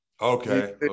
Okay